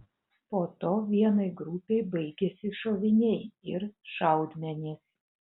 po to vienai grupei baigėsi šoviniai ir šaudmenys